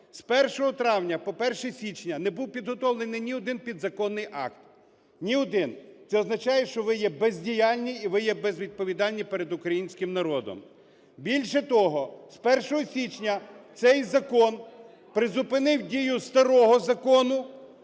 З 1 травня по 1 січня не був підготовлений ні один підзаконний акт. Ні один. Це означає, що ви є бездіяльні і ви є безвідповідальні перед українським народом. Більше того, з 1 січня цей закон призупинив дію старого закону,